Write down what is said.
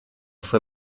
fue